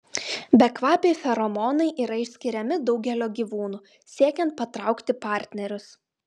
bekvapiai feromonai yra išskiriami daugelio gyvūnų siekiant patraukti partnerius